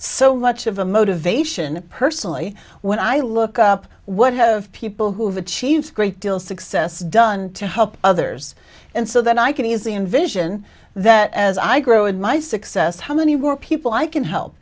so much of a motivation personally when i look up what have people who have achieved great deal success done to help others and so that i can easily envision that as i grow and my success how many were people i can help